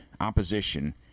Opposition